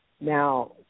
Now